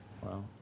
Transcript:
Wow